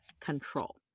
control